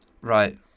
Right